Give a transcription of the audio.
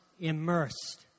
immersed